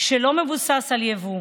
שלא מבוסס על יבוא.